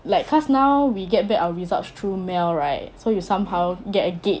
like cause now we get back our results through mail right so you somehow get a gauge